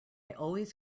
always